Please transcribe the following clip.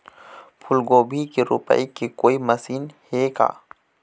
फूलगोभी के रोपाई के कोई मशीन हे का?